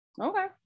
okay